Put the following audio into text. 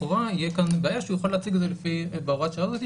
יהיה כאן בעיה שהוא יוכל להציג את זה לפי בהוראת שעה הזאת,